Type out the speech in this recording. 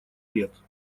лет